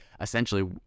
essentially